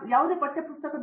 professor V